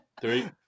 three